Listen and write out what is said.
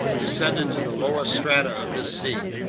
descended to the lowest strata of this sea.